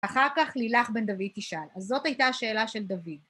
אחר כך לילך בן דוד תשאל. אז זאת הייתה השאלה של דוד.